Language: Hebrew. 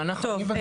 אבל אנחנו --- טוב,